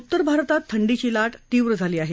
उत्तर भारतात थंडीची ला तीव्र झाली आहे